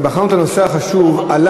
ובחרנו את הנושא החשוב הזה,